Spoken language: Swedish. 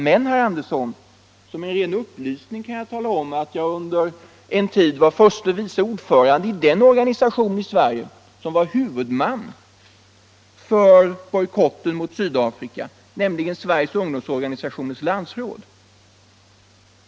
Men, herr Andersson, som en ren upplysning kan jag nämna att jag under en tid var förste vice ordförande i den organisation i Sverige som var huvudman för bojkotten mot Sydafrika, nämligen Sveriges ungdomsorganisationers landsråd.